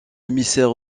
émissaire